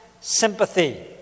sympathy